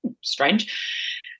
strange